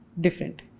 Different